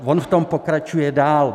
On v tom pokračuje dál.